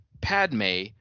Padme